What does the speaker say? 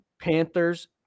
Panthers